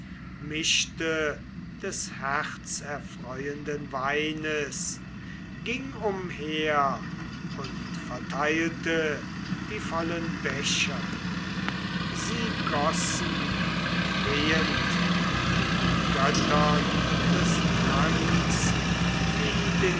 des herzerfreuenden weines ging umher und verteilte die vollen becher sie gossen flehend den göttern des tranks die den